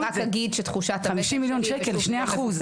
50 מיליון שקלים, אלה שני אחוזים.